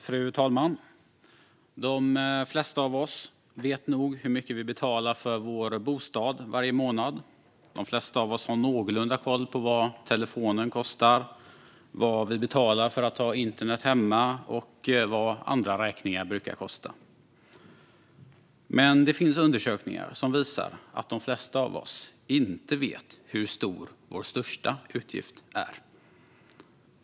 Fru talman! De flesta av oss vet nog hur mycket vi betalar för vår bostad varje månad. De flesta av oss har någorlunda koll på vad telefonen kostar, vad vi betalar för att ha internet hemma och vad andra räkningar brukar kosta. Men det finns undersökningar som visar att de flesta av oss inte vet hur stor vår största utgift är.